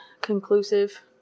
conclusive